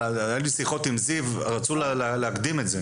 היו לי שיחות עם זיו, רצו להקדים את זה.